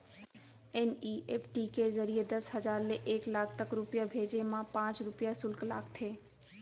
NEFT के जरिए दस हजार ले एक लाख तक रूपिया भेजे मा पॉंच रूपिया सुल्क लागथे